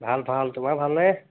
ভাল ভাল তোমাৰ ভালনে